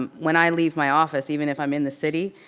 um when i leave my office, even if i'm in the city,